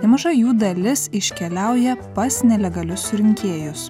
nemaža jų dalis iškeliauja pas nelegalius surinkėjus